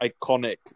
iconic